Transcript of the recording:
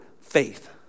faith